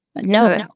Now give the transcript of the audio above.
no